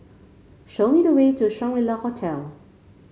show me the way to Shangri La Hotel